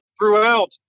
throughout